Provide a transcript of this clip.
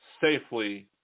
safely